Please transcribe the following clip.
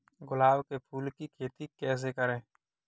गुलाब के फूल की खेती कैसे करें?